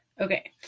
Okay